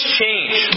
change